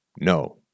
No